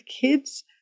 kids